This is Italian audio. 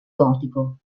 gotico